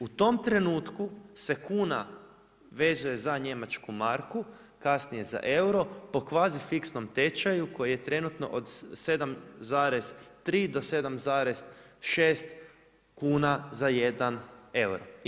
U tom trenutku se kuna vezuje za njemačku marku, kasnije za euro, po kvazi fiksnom tečaju koji je trenutno o 7,3 do 7,6 kuna za jedan euro.